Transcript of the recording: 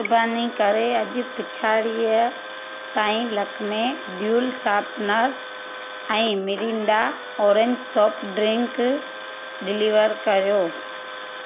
बानी करे अॼु पिछाड़ीअ ताई लक्मे ड्यूल शापनर ऐं Mirinda orange soft drink deliver कयो